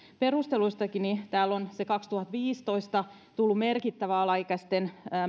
perusteluistakin niin täällä on kaksituhattaviisitoista tullut merkittävä alaikäisten